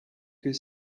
que